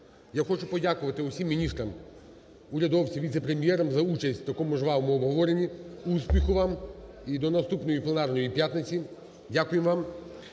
Я хочу подякувати усім міністрам, урядовцям, віце-прем'єрам за участь в такому жвавому обговоренні. Успіху вам і до наступної пленарної п'ятниці. Дякуємо вам.